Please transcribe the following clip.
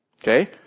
Okay